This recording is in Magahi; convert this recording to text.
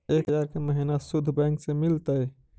एक हजार के महिना शुद्ध बैंक से मिल तय?